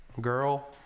girl